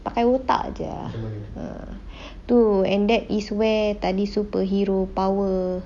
pakai otak jer ah tu and that is where tadi superhero power